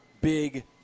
big